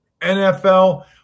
NFL